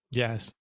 yes